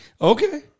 Okay